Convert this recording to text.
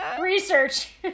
research